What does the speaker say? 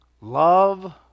love